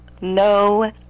no